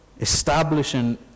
establishing